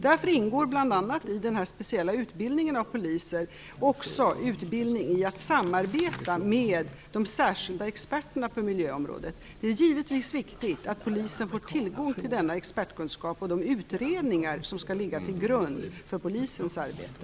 Därför ingår bl.a. i den speciella utbildningen av poliser också utbildning i att samarbeta med de särskilda experterna på miljöområdet. Det är givetvis viktigt att polisen får tillgång till denna expertkunskap och de utredningar som skall ligga till grund för polisens arbete.